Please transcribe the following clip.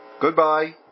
Goodbye